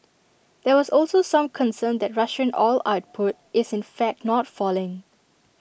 there was also some concern that Russian oil output is in fact not falling